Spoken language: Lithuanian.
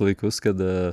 laikus kada